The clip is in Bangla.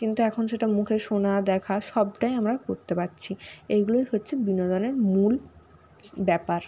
কিন্তু এখন সেটা মুখে শোনা দেখা সবটাই আমরা করতে পারছি এইগুলোই হচ্ছে বিনোদনের মূল ব্যাপার